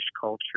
culture